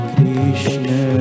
Krishna